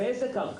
באיזו קרקע?